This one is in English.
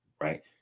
right